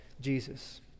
Jesus